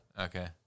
Okay